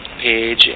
page